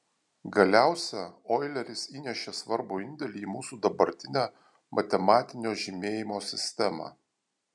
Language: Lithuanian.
galiausia oileris įnešė svarbų indėlį į mūsų dabartinę matematinio žymėjimo sistemą